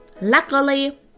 Luckily